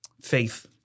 faith